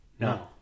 No